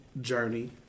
journey